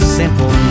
simple